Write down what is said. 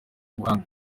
ubuhanga